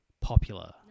Popular